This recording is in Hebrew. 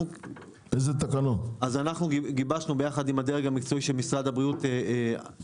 אז אנחנו גיבשנו יחד עם הדרג המקצועי של משרד הבריאות הנחיות,